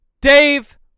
Dave